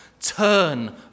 Turn